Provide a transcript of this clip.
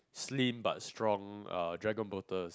slim but strong uh dragon boaters